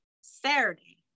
Saturday